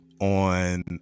on